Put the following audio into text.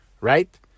right